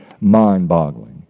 mind-boggling